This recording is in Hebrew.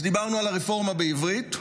אז דיברנו על הרפורמה בעברית,